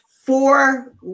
four